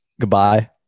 goodbye